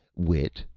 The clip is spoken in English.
wit,